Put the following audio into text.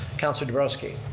councilor nabrowski.